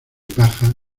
paja